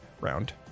round